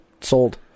sold